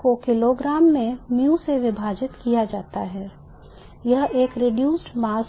को किलोग्राम में μ से विभाजित किया जाता है यह एक reduced mass है